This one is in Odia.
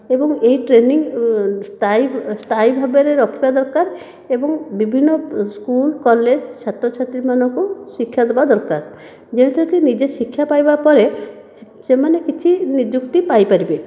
ଏବଂ ଏହି ଟ୍ରେନିଙ୍ଗ ସ୍ଥାଇ ଭାବରେ ରଖିବା ଦରକାର ଏବଂ ବିଭିନ୍ନ ସ୍କୁଲ କଲେଜ ଛାତ୍ର ଛାତ୍ରୀ ମାନଙ୍କୁ ଶିକ୍ଷା ଦେବା ଦରକାର ଯେହେତୁ କି ନଜେ ଶିକ୍ଷା ପାଇବା ପରେ ସେମାନେ କିଛି ନିଯୁକ୍ତି ପାଇ ପାରିବେ